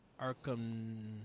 Arkham